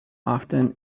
often